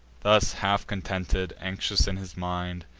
thus half-contented, anxious in his mind,